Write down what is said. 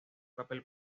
papel